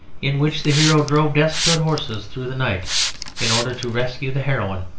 in which the hero drove desperate horses through the night in order to rescue the heroine,